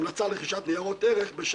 הבחינה הזו כוללת שני רבדים ששלובים זה